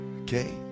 Okay